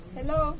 Hello